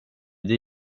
det